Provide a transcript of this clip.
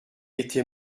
était